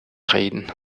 reden